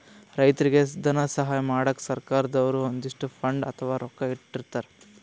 ರೈತರಿಗ್ ಧನ ಸಹಾಯ ಮಾಡಕ್ಕ್ ಸರ್ಕಾರ್ ದವ್ರು ಒಂದಿಷ್ಟ್ ಫಂಡ್ ಅಥವಾ ರೊಕ್ಕಾ ಇಟ್ಟಿರ್ತರ್